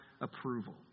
approval